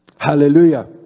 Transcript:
Hallelujah